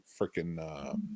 freaking